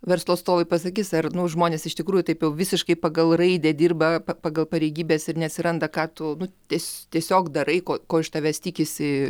verslo atstovai pasakys ar nu žmonės iš tikrųjų taip jau visiškai pagal raidę dirba pagal pareigybes ir neatsiranda ką tu nu ties tiesiog darai ko ko iš tavęs tikisi